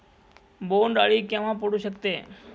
बोंड अळी केव्हा पडू शकते?